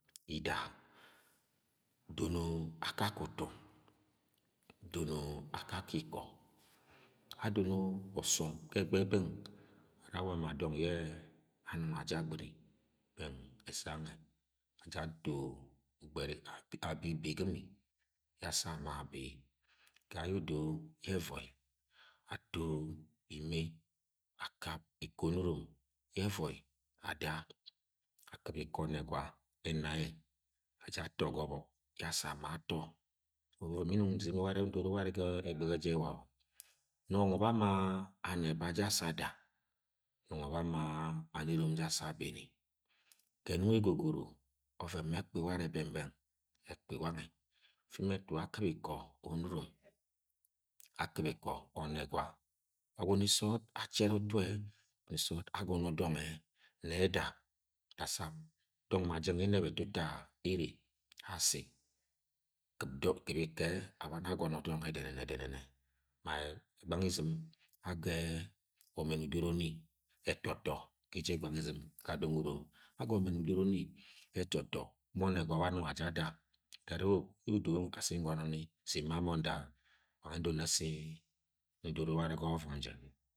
Ida-a dono akake utu, dono akake iko andono oso ga egbẹ bẹng ara awa ma dọng yẹ anung aja agbɨni bẹng ẹsẹ ga nuẹ aja ato-o ga yẹ odo, yẹ ẹvoi atoro ine yẹ ẹvọi akɨp ikọ onunom yẹ ẹvọi ada akɨp ikọ ọnẹgka ye enạ yẹ aja ato ga ọbọk yẹ asa ama eto nungọ ba ma. anẹba jẹ asa ada, nungọ ba ama. Aneron je asa abene gẹ nungọ egogoro ọvẹn mẹ ẹkpi wanẹ be̠ng beng ekpi wange fimi ẹtu akɨp iko̠ onuron akɨp ikọ o̠nẹgwa wuni sọọd achẹnẹ ntu-e-e wuni sọọd agọnọ dọng nẹ-da da sam, dọng ma jang yẹ ẹnẹb tutu ene asi abọni agọnọ dọnge dene dẹnẹdẹnẹ ma e̠gbany: izɨm age̠-e o̭mẹn udoro ni ẹtọtọ ga eje e̠gbany: izɨm ga dọng unom agẹ ọmen udọrọ ni ẹtọ tọ ma ọnẹgwa wẹ anung aja ada. arẹ odo asi ngọnọ ni sin-m-ma. mọ nda, wa yẹ adoro nẹ sin ndoro warẹ go o̠vo̠vum je.